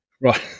right